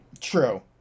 True